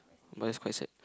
but it's quite sad